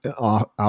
out